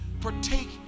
partake